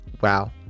Wow